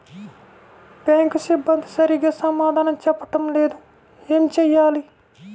Bank సిబ్బంది సరిగ్గా సమాధానం చెప్పటం లేదు ఏం చెయ్యాలి?